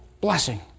blessing